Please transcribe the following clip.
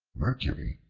mercury,